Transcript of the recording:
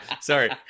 sorry